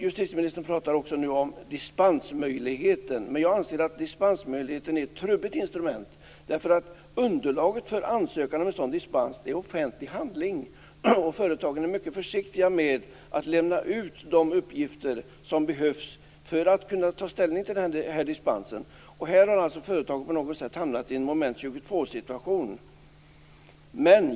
Justitieministern pratar också om dispensmöjligheten, men jag anser att dispensmöjligheten är ett trubbigt instrument, eftersom underlaget för ansökan om sådan dispens är offentlig handling och företagen är mycket försiktiga med att lämna ut de utgifter som behövs för att man skall kunna ta ställning till dispensansökan. Företagen har i det här sammanhanget alltså hamnat i något av en Moment 22-situation.